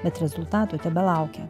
bet rezultatų tebelaukia